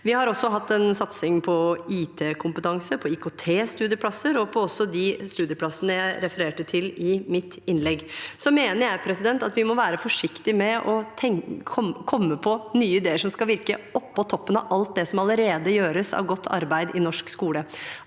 Vi har også hatt en satsing på IT-kompetanse, på IKT-studieplasser og også på de studieplassene jeg refererte til i mitt innlegg. Jeg mener vi må være forsiktige med å komme på nye ideer som skal virke på toppen av alt det som allerede gjøres av godt arbeid i norsk skole.